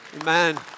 Amen